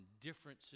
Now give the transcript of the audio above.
different